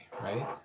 right